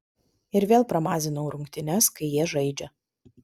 ir vėl pramazinau rungtynes kai jie žaidžia